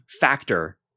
factor